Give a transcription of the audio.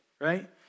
right